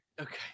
Okay